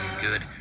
Good